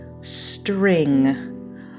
string